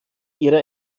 ihre